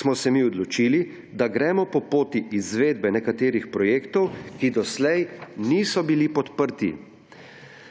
smo se mi odločili, da gremo po poti izvedbe nekaterih projektov, ki doslej niso bili podprti.